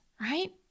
right